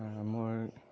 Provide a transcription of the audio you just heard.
মোৰ